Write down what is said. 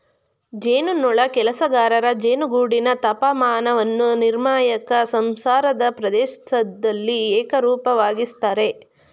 ಜೇನುನೊಣ ಕೆಲಸಗಾರರು ಜೇನುಗೂಡಿನ ತಾಪಮಾನವನ್ನು ನಿರ್ಣಾಯಕ ಸಂಸಾರದ ಪ್ರದೇಶ್ದಲ್ಲಿ ಏಕರೂಪವಾಗಿಸ್ತರೆ